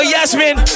Yasmin